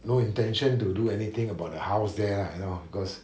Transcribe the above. no intention to do anything about the house there lah you know cause